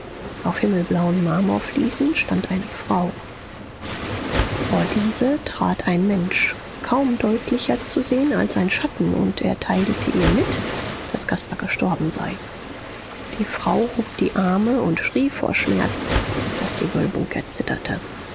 auf himmelblauen marmorfliesen stand eine frau vor diese trat ein mensch kaum deutlicher zu sehen als ein schatten und er teilte ihr mit daß caspar gestorben sei die frau hob die arme und schrie vor schmerz daß die wölbung erzitterte